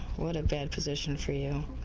what a about position for you.